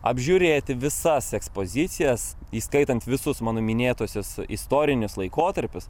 apžiūrėti visas ekspozicijas įskaitant visus mano minėtuosius istorinius laikotarpius